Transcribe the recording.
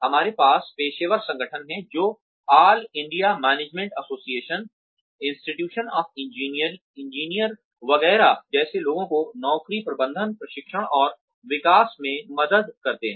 हमारे पास पेशेवर संगठन हैं जो all India management association institution of engineer वगैरह जैसे लोगों को नौकरी प्रबंधन प्रशिक्षण और विकास में मदद करते हैं